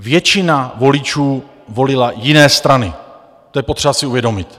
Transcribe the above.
Většina voličů volila jiné strany, to je potřeba si uvědomit.